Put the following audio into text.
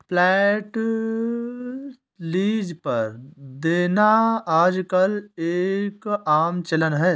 flat lease पर देना आजकल एक आम चलन है